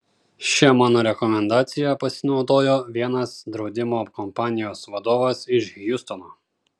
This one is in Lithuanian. šia mano rekomendacija pasinaudojo vienas draudimo kompanijos vadovas iš hjustono